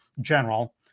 general